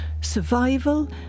survival